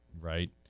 right